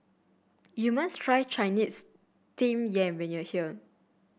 you must try Chinese Steamed Yam when you are here